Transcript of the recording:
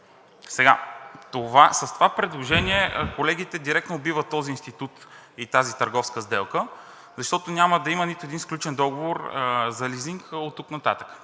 суми. С това предложение колегите директно убиват този институт и тази търговска сделка, защото няма да има нито един сключен договор за лизинг оттук нататък.